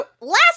last